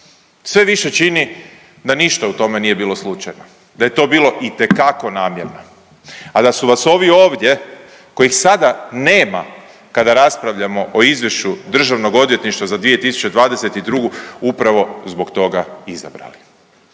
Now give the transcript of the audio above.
sve više čini da ništa u tome nije bilo slučajno, da je to bilo itekako namjerno, a da su vas ovi ovdje kojih sada nema kada raspravljamo o Izvješću Državnog odvjetništva za 2022. upravo zbog toga izabrali.